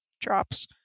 drops